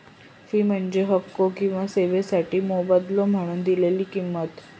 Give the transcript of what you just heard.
fee म्हणजे हक्को किंवा सेवोंसाठी मोबदलो म्हणून दिलेला किंमत